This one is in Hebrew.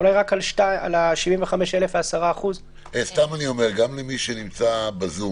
אולי רק על 75,000 או 10%. אני אומר גם למי שנמצא בזום,